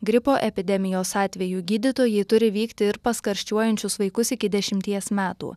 gripo epidemijos atveju gydytojai turi vykti ir pas karščiuojančius vaikus iki dešimties metų